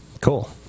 Cool